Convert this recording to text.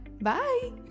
Bye